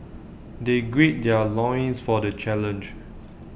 they gird their loins for the challenge